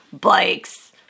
bikes